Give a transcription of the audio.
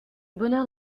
bonheur